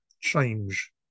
change